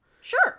Sure